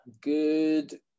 good